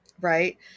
Right